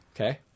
Okay